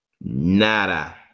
Nada